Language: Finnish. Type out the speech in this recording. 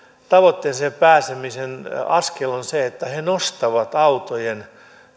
tavoitteeseen pääsemisen askel on se että he nostavat autojen